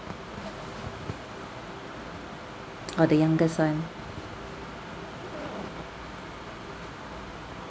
oh the youngest one